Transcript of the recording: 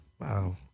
Wow